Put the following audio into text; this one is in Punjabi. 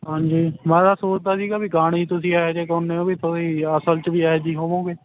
ਹਾਂਜੀ ਮੈਂ ਤਾਂ ਸੋਚਦਾ ਸੀਗਾ ਵੀ ਗਾਣੇ ਤੁਸੀਂ ਇਹੋ ਜਿਹੇ ਗਾਉਂਦੇ ਓਂ ਵੀ ਤੁਸੀਂ ਅਸਲ 'ਚ ਵੀ ਇਹੋ ਜਿਹੇ ਹੀ ਹੋਵੋਗੇ